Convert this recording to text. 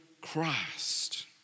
Christ